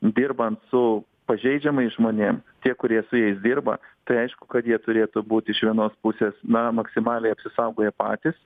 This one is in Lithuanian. dirbant su pažeidžiamais žmonėm tie kurie su jais dirba tai aišku kad jie turėtų būti iš vienos pusės na maksimaliai apsisaugoję patys